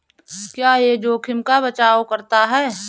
क्या यह जोखिम का बचाओ करता है?